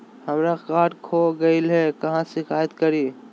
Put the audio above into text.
हमरा कार्ड खो गई है, कहाँ शिकायत करी?